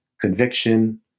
conviction